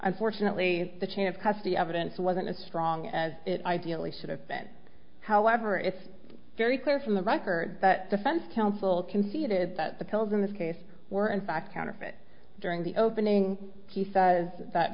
unfortunately the chain of cause the evidence wasn't as strong as it ideally should have been however it's very clear from the record that the fence counsel conceded that the pills in this case were in fact counterfeit during the opening he says that